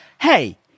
Hey